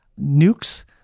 nukes